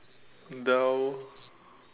Dell